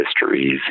histories